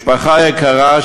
משפחה יקרה,